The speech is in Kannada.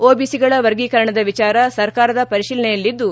ಒಬಿಸಿಗಳ ವರ್ಗಿಕರಣದ ವಿಚಾರ ಸರ್ಕಾರದ ಪರಿಶೀಲನೆಯಲ್ಲಿದ್ದು